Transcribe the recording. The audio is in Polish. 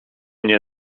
nie